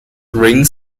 ring